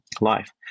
life